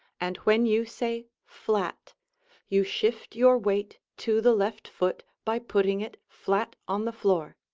and when you say flat you shift your weight to the left foot by putting it flat on the floor.